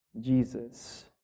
Jesus